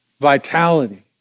vitality